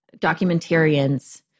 documentarians